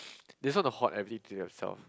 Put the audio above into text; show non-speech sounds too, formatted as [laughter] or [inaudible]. [noise] they just want to hoard everything to themself